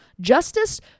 Justice